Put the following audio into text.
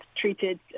treated